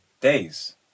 days